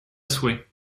souhait